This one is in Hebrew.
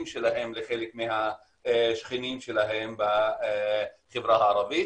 שלהם לחלק מהשכנים שלהם בחברה הערבית.